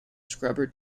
scrubber